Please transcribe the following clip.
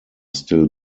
still